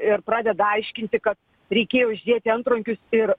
ir pradeda aiškinti kad reikėjo uždėti antrankius ir